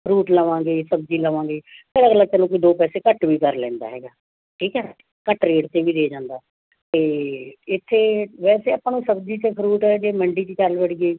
fruit ਲਵਾਂਗੇ ਸਬਜ਼ੀ ਲਵਾਂਗੇ ਫਿਰ ਅਗਲਾ ਚੱਲੋ ਕੋਈ ਦੋ ਪੈਸੇ ਘੱਟ ਵੀ ਕਰ ਲੈਂਦਾ ਹੈਗਾ ਠੀਕ ਹੈ ਘੱਟ ਰੇਟ 'ਤੇ ਵੀ ਦੇ ਜਾਂਦਾ ਅਤੇ ਇੱਥੇ ਵੈਸੇ ਆਪਾਂ ਨੂੰ ਸਬਜ਼ੀ ਅਤੇ ਫਰੂਟ ਜੇ ਮੰਡੀ 'ਚ ਚੱਲ ਵੜੀਏ